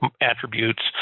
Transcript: attributes